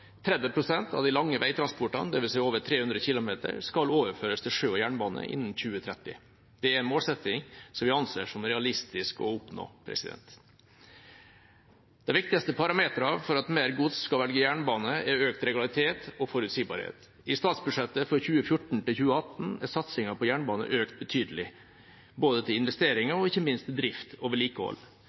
pst. av de lange veitransportene, dvs. over 300 km, skal overføres til sjø og jernbane innen 2030. Det er en målsetting vi anser som realistisk å oppnå. De viktigste parameterne for at mer gods skal velge jernbane, er økt regularitet og forutsigbarhet. I statsbudsjettene for 2014–2018 er satsingen på jernbane økt betydelig, til både investeringer og ikke minst til drift og vedlikehold.